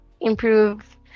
improve